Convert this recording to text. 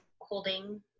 holding